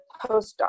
postdoc